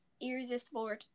Irresistible